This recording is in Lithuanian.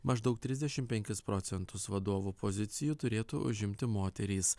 maždaug trisdešim penkis procentus vadovų pozicijų turėtų užimti moterys